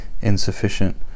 insufficient